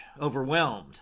overwhelmed